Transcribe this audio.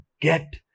get